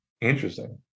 interesting